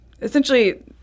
essentially